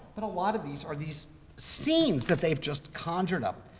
but a lot of these are these scenes that they've just conjured up.